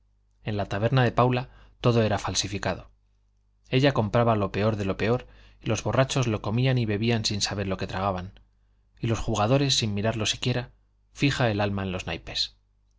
en la taberna de paula todo era falsificado ella compraba lo peor de lo peor y los borrachos lo comían y bebían sin saber lo que tragaban y los jugadores sin mirarlo siquiera fija el alma en los naipes